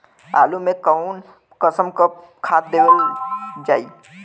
आलू मे कऊन कसमक खाद देवल जाई?